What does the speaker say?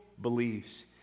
believes